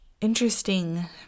interesting